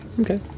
Okay